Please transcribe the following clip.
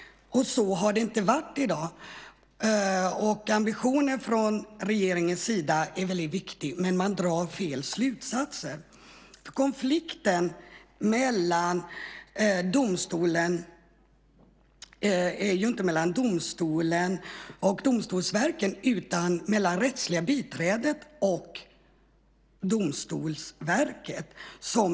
Så har det inte varit hittills. Ambitionen från regeringens sida är väldigt viktig, men man drar fel slutsatser. Konflikten i dag är inte mellan domstolen och Domstolsverket utan mellan det rättsliga biträdet och Domstolsverket.